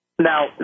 Now